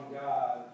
God